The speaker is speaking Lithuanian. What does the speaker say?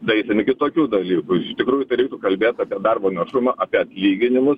daeisim iki tokių dalykų iš tikrųjų tai reiktų kalbėt apie darbo našumą apie atlyginimus